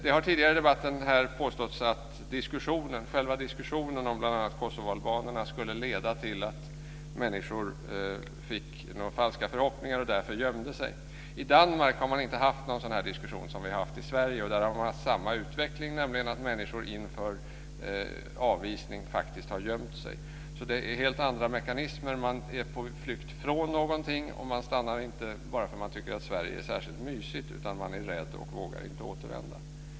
Det har tidigare i debatten påståtts att själva diskussionen om bl.a. kosovoalbanerna skulle leda till att människor fick falska förhoppningar och därför gömde sig. I Danmark har man inte haft någon sådan diskussion som vi har haft i Sverige. Där har man haft utveckling, nämligen att människor inför avvisning har gömt sig. Det är helt andra mekanismer. Man är på flykt från någonting, och man stannar inte bara därför att man tycker att Sverige är särskilt mysigt utan man är rädd och vågar inte återvända.